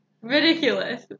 Ridiculous